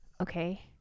Okay